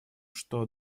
что